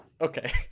Okay